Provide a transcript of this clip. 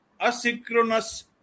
asynchronous